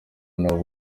nabo